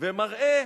ומראה